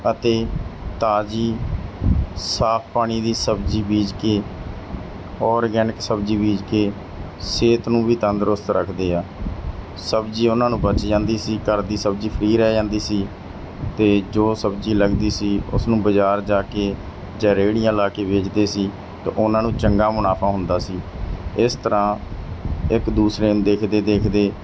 ਅਤੇ ਤਾਜ਼ੀ ਸਾਫ ਪਾਣੀ ਦੀ ਸਬਜ਼ੀ ਬੀਜ ਕੇ ਔਰਗੈਨਿਕ ਸਬਜ਼ੀ ਬੀਜ ਕੇ ਸਿਹਤ ਨੂੰ ਵੀ ਤੰਦਰੁਸਤ ਰੱਖਦੇ ਆ ਸਬਜ਼ੀ ਉਹਨਾਂ ਨੂੰ ਬਚ ਜਾਂਦੀ ਸੀ ਘਰ ਦੀ ਸਬਜ਼ੀ ਫਰੀ ਰਹਿ ਜਾਂਦੀ ਸੀ ਅਤੇ ਜੋ ਸਬਜ਼ੀ ਲੱਗਦੀ ਸੀ ਉਸਨੂੰ ਬਾਜ਼ਾਰ ਜਾ ਕੇ ਜਾਂ ਰੇਹੜੀਆਂ ਲਾ ਕੇ ਵੇਚਦੇ ਸੀ ਅਤੇ ਉਹਨਾਂ ਨੂੰ ਚੰਗਾ ਮੁਨਾਫਾ ਹੁੰਦਾ ਸੀ ਇਸ ਤਰ੍ਹਾਂ ਇੱਕ ਦੂਸਰੇ ਨੂੰ ਦੇਖਦੇ ਦੇਖਦੇ